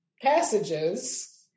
passages